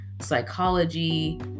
psychology